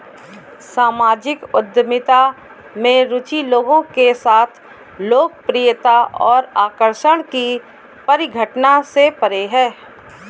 सामाजिक उद्यमिता में रुचि लोगों के साथ लोकप्रियता और आकर्षण की परिघटना से परे है